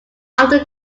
after